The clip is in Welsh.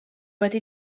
wedi